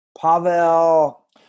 Pavel